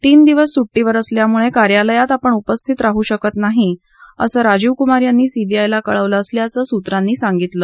तीन दिवस सुट्टीवर असल्यामुळे कार्यालयात आपण उपस्थित राहू शकत नाही असं राजीव कुमार यांनी सीबीआयला कळवलं असल्याचं आमच्या सूत्रांनी सांगितलं